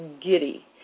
giddy